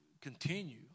continue